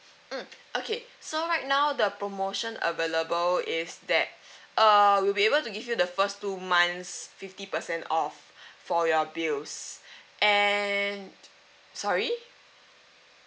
mm okay so right now the promotion available is that uh we will be able to give you the first two months fifty percent off for your bills and sorry